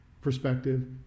perspective